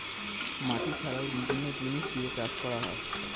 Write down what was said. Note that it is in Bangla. মাটি ছাড়াও বিভিন্ন জিনিস দিয়ে চাষ করা হয়